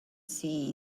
see